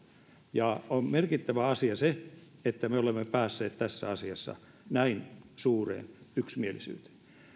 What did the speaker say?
on merkittävä asia se että me olemme päässeet tässä asiassa näin suureen yksimielisyyteen